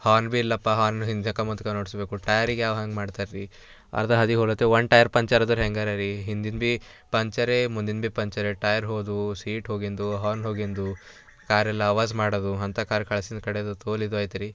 horn ಭಿ ಇಲ್ಲಪ್ಪ horn ಹಿಂದಕ್ಕೆ ಮುಂದ್ಕೆ ನುಡಿಸ್ಬೇಕು ಟಯರಿಗೆ ಯಾವ ಹಂಗೆ ಮಾಡ್ತರೀ ಅರ್ಧ ಹಾದಿಗೆ ಹೋಲತೆ ಒನ್ ಟಯರ್ ಪಂಚರಾದ್ರೆ ಹೆಂಗಾರರಿ ಹಿಂದಿನ ಭಿ ಪಂಚರೇ ಮುಂದಿನ ಭಿ ಪಂಚರೇ ಟಯರ್ ಹೋದವು ಸೀಟ್ ಹೋಗಿಂದು ಹಾರ್ನ್ ಹೋಗಿಂದು ಕಾರೆಲ್ಲ ಅವಾಜ಼್ ಮಾಡೋದು ಅಂತ ಕಾರ್ ಕಳ್ಸಿಂದು ಕಡೆದು ತೋಲು ಇದು ಆಯ್ತುರೀ